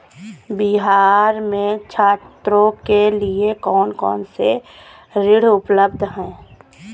बिहार में छात्रों के लिए कौन कौन से ऋण उपलब्ध हैं?